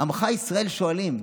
עמך ישראל שואלים: